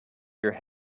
your